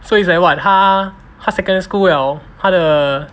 so is like what 他他 secondary school liao 他的